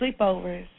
sleepovers